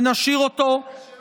ונשאיר אותו,